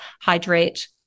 hydrate